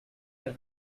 have